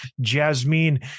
Jasmine